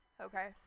okay